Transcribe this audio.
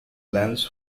lens